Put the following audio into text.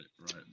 right